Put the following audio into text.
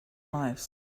lives